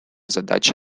задача